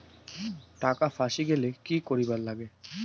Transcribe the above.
টাকা ফাঁসি গেলে কি করিবার লাগে?